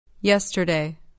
Yesterday